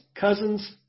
cousin's